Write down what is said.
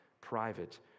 private